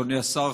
אדוני השר,